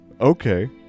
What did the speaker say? Okay